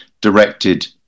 directed